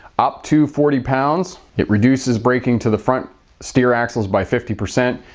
up to forty pounds it reduces braking to the front steer axles by fifty percent.